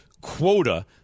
quota